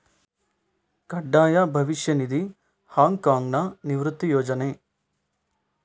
ಕಡ್ಡಾಯ ಭವಿಷ್ಯ ನಿಧಿ, ಹಾಂಗ್ ಕಾಂಗ್ನ ನಿವೃತ್ತಿ ಯೋಜನೆ